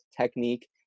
technique